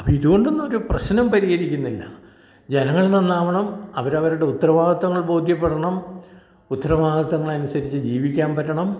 ഇതുകൊണ്ടൊന്നും ഒരു പ്രശ്നം പരിഹരിക്കുന്നില്ല ജനങ്ങൾ നന്നാവണം അവരവരുടെ ഉത്തരവാദിത്തങ്ങൾ ബോധ്യപ്പെടണം ഉത്തരവാദിത്തങ്ങൾ അനുസരിച്ച് ജീവിക്കാൻ പറ്റണം